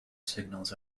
signals